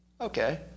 Okay